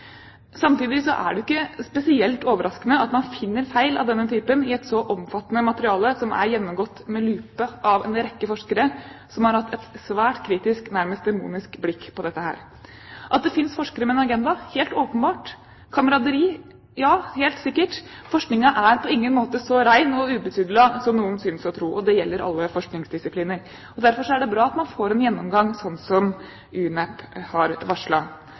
er det ikke spesielt overraskende at man finner feil av denne typen i et så omfattende materiale, som er gjennomgått med lupe av en rekke forskere, som har hatt et svært kritisk, nærmest demonisk, blikk på dette. At det finnes forskere med en agenda, er helt åpenbart. Kameraderi? Ja, helt sikkert. Forskningen er på ingen måte så ren og ubesudlet som noen synes å tro. Det gjelder alle forskningsdisipliner. Derfor er det bra at man får en gjennomgang, slik som UNEP har